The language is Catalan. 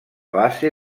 base